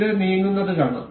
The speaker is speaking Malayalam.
ഇത് നീങ്ങുന്നത് കാണാം